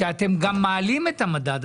שאתם גם מעלים את המדד,